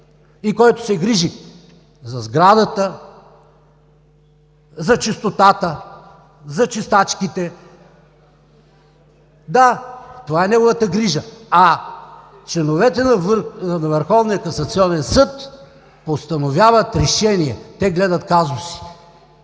и който се грижи за сградата, за чистотата, за чистачките. (Смях от ДПС.) Да, това е неговата грижа. А членовете на Върховния касационен съд постановяват решения, те гледат казуси